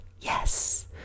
Yes